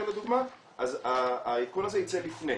לדוגמה, אז העדכון הזה ייצא לפני.